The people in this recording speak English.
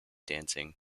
dancing